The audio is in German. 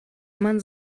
man